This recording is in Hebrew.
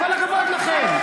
כל הכבוד לכם,